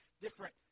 different